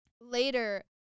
later